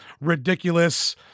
ridiculous